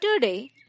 Today